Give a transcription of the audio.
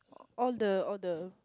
all the all the